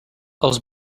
els